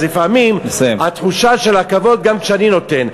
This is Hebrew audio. אז לפעמים התחושה של הכבוד, גם כשאני נותן.